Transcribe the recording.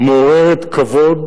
מעוררת כבוד.